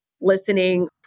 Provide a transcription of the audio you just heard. listening